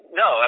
no